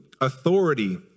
authority